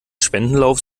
spendenlauf